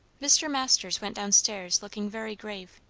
mr. masters went down-stairs looking very grave.